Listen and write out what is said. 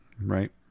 right